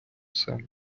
себе